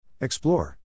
Explore